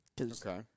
Okay